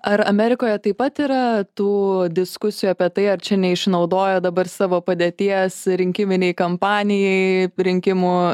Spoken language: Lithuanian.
ar amerikoje taip pat yra tų diskusijų apie tai ar čia neišnaudoja dabar savo padėties rinkiminei kampanijai rinkimų